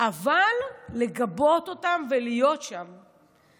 אבל לגבות אותם ולהיות שם,